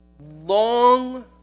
long